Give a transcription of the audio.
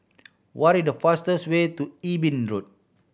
what is the fastest way to Eben Road